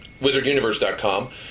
wizarduniverse.com